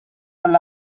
għall